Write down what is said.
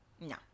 No